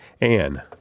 Anne